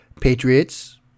Patriots